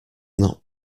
not